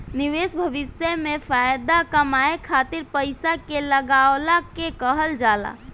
निवेश भविष्य में फाएदा कमाए खातिर पईसा के लगवला के कहल जाला